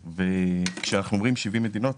כשאנחנו אומרים 70 מדינות,